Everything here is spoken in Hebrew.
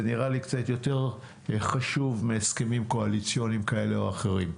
זה נראה לי קצת יותר חשוב מהסכמים קואליציוניים כאלה או אחרים.